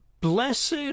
Blessed